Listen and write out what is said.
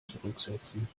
zurücksetzen